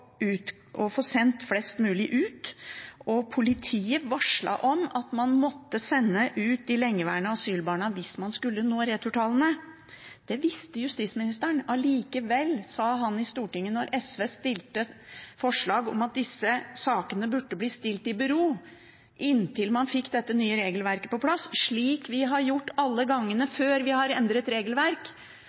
å få sendt flest mulig ut, og politiet varslet om at man måtte sende ut de lengeværende asylbarna hvis man skulle nå returtallene. Det visste justisministeren. Allikevel sa han i Stortinget da SV fremmet forslag om at disse sakene burde bli stilt i bero inntil man fikk dette nye regelverket på plass, slik vi har gjort alle gangene før vi har endret regelverk,